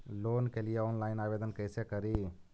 Loan के लिये online आवेदन कैसे करि?